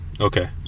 Okay